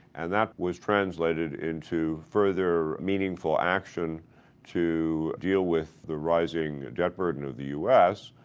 and that was translated into further meaningful action to deal with the rising debt burden of the u s,